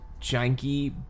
janky